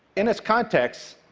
in its context,